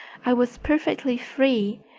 i was perfectly free.